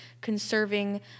conserving